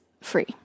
free